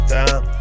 time